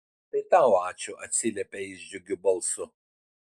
tai tau ačiū atsiliepia jis džiugiu balsu